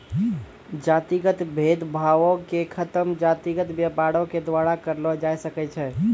जातिगत भेद भावो के खतम जातिगत व्यापारे के द्वारा करलो जाय सकै छै